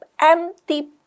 empty